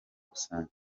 rusange